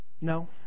No